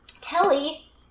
Kelly